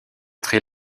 très